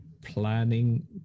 planning